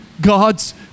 God's